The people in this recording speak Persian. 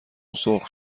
سرخ